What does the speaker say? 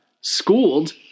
Schooled